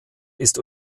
ist